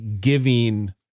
giving